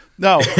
No